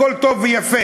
הכול טוב ויפה,